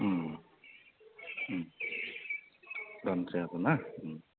दानजायाबोना